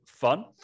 fun